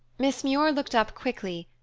miss muir looked up quickly,